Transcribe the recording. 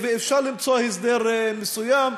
ואפשר למצוא הסדר מסוים,